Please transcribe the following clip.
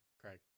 Craig